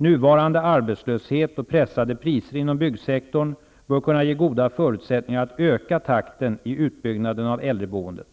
Nuvarande arbetslöshet och pressade priser inom byggsektorn bör kunna ge goda förutsättningar och öka takten i utbyggnaden av äldreboendet.